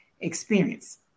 experience